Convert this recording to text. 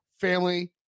family